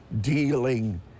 dealing